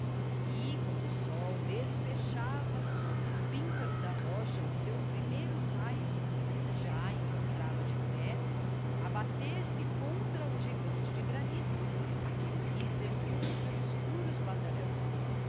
e quando o sol desfechava sobre o píncaro da rocha os seus primeiros raios já encontrava de pé a bater se contra o gigante de granito aquele mísero grupo de obscuros batalhadores